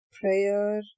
prayer